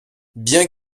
bien